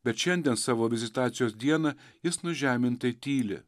bet šiandien savo vizitacijos dieną jis nužemintai tyli